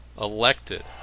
Elected